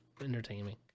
entertaining